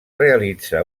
realitza